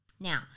Now